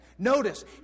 Notice